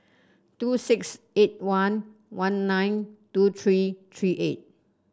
two six eight one one nine two three three eight